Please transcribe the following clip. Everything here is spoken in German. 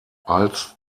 als